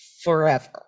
forever